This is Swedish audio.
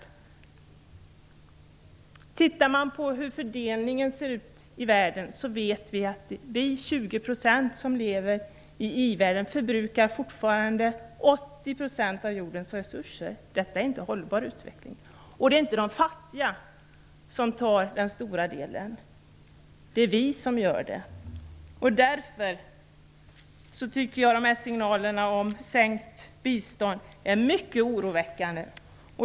Vi vet när vi tittar på hur fördelningen ser ut i världen att vi 20 % som lever i i-världen fortfarande förbrukar 80 % av jordens resurser. Detta är inte hållbar utveckling. Det är inte de fattiga som tar den stora delen. Det är vi som gör det. Därför tycker jag att signalerna om sänkt bistånd är mycket oroväckande.